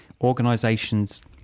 organizations